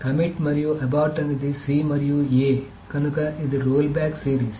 commit మరియు abort అనేది c మరియు a కనుక ఇది రోల్బ్యాక్ సిరీస్